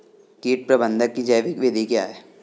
कीट प्रबंधक की जैविक विधि क्या है?